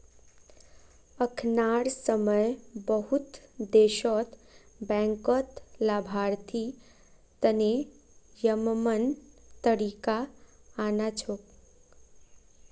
अखनार समय बहुत देशत बैंकत लाभार्थी तने यममन तरीका आना छोक